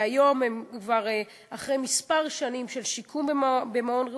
שהיום הם כבר אחרי כמה שנים של שיקום במעון "רעות",